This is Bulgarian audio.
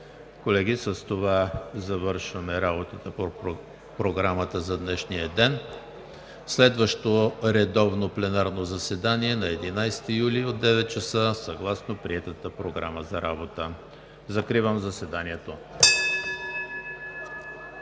Колеги, с това завършваме работата по Програмата за днешния ден. Следващото редовно пленарно заседание – на 11 юли 2019 г. от 9,00 ч. съгласно приетата Програма за работа. Закривам заседанието.